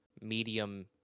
medium